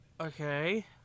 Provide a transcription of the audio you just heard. okay